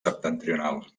septentrional